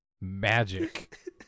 Magic